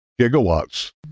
gigawatts